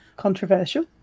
controversial